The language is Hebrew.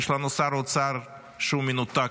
יש לנו שר אוצר שהוא מנותק,